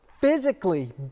physically